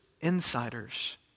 insiders